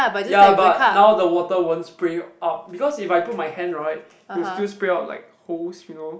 ya but now the water won't spray up because if I put my hand right it will still spray out like hose you know